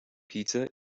pizza